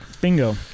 Bingo